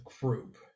group